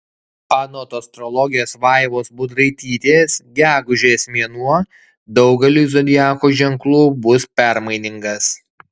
anot astrologės vaivos budraitytės gegužės mėnuo daugeliui zodiako ženklų bus permainingas